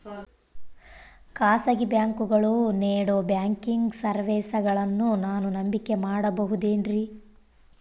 ಖಾಸಗಿ ಬ್ಯಾಂಕುಗಳು ನೇಡೋ ಬ್ಯಾಂಕಿಗ್ ಸರ್ವೇಸಗಳನ್ನು ನಾನು ನಂಬಿಕೆ ಮಾಡಬಹುದೇನ್ರಿ?